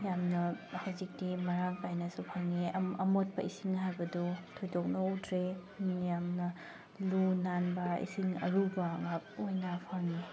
ꯌꯥꯝꯅ ꯍꯧꯖꯤꯛꯇꯤ ꯃꯔꯥꯡ ꯀꯥꯏꯅꯁꯨ ꯐꯪꯉꯦ ꯑꯃꯣꯠꯄ ꯏꯁꯤꯡ ꯍꯥꯏꯕꯗꯨ ꯊꯣꯏꯗꯣꯛꯅ ꯎꯗ꯭ꯔꯦ ꯌꯥꯝꯅ ꯂꯨ ꯅꯥꯟꯕ ꯏꯁꯤꯡ ꯑꯔꯨꯕ ꯉꯍꯥꯛ ꯑꯣꯏꯅ ꯐꯪꯉꯦ